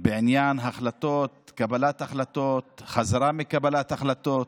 בעניין החלטות, קבלת החלטות, חזרה מקבלת החלטות.